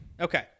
Okay